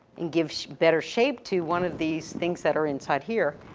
and give sh, better shape to one of these things that are inside here.